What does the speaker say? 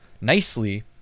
nicely